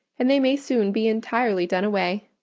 and they may soon be entirely done away.